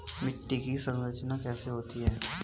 मिट्टी की संरचना कैसे होती है?